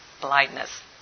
blindness